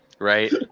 Right